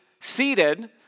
seated